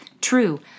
true